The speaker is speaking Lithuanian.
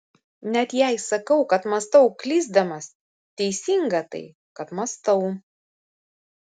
net jei sakau kad mąstau klysdamas teisinga tai kad mąstau